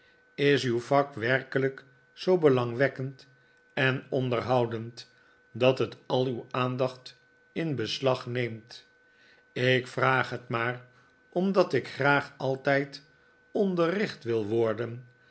is uw vak werkelijk zoo belangwekkend en onderhoudend dat het al uw aandacht in beslag neemt ik vraag het maar omdat ik graag altijd onderricht wil worden